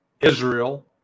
Israel